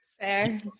fair